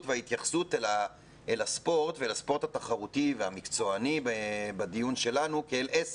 וההתייחסות אל הספורט התחרותי והמקצועני כאל עסק.